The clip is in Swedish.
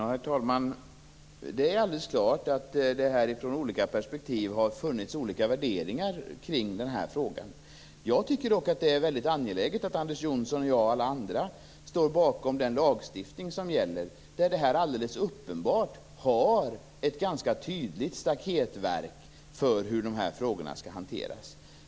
Herr talman! Det är alldeles klart att det utifrån olika perspektiv har funnits olika värderingar kring den här frågan. Jag tycker dock att det är angeläget att Anders Johnson, jag och alla andra står bakom den lagstiftning som gäller. Där finns alldeles uppenbart ett ganska tydligt staketverk kring hur detta skall hanteras.